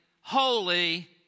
holy